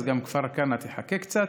אז גם כפר כנא תחכה קצת,